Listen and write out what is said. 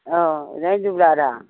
ꯑꯧ ꯑꯣꯖꯥ ꯖꯨꯕꯂꯥꯔꯣ